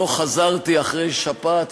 לא חזרתי אחרי שפעת,